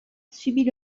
subit